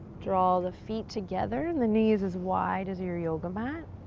draw the feet together and the knees as wide as your yoga mat.